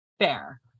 Fair